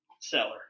seller